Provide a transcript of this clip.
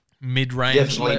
Mid-range